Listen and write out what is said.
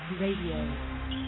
Radio